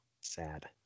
Sad